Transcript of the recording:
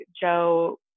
Joe